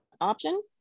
option